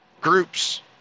groups